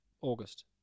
August